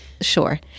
Sure